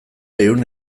ehun